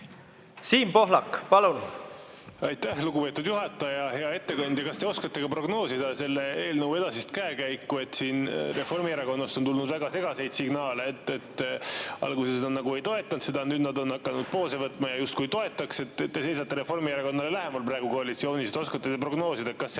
Siim Pohlak, palun! Aitäh, lugupeetud juhataja! Hea ettekandja! Kas te oskate prognoosida selle eelnõu edasist käekäiku? Reformierakonnast on tulnud väga segaseid signaale – alguses nad nagu ei toetanud seda, nüüd nad on hakanud poose võtma ja justkui toetaks. Te seisate Reformierakonnale lähemal praegu koalitsioonis. Oskate te prognoosida, kas see